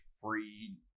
free